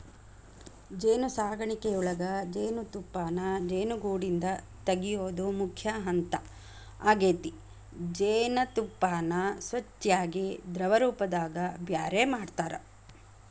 ಜೇನುಸಾಕಣಿಯೊಳಗ ಜೇನುತುಪ್ಪಾನ ಜೇನುಗೂಡಿಂದ ತಗಿಯೋದು ಮುಖ್ಯ ಹಂತ ಆಗೇತಿ ಜೇನತುಪ್ಪಾನ ಸ್ವಚ್ಯಾಗಿ ದ್ರವರೂಪದಾಗ ಬ್ಯಾರೆ ಮಾಡ್ತಾರ